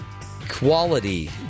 quality